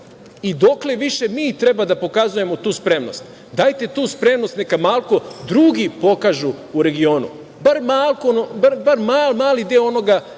Dokle više mi treba da pokazujemo tu spremnost? Dajte tu spremnost neka malo drugi pokažu u regionu, bar mali deo onoga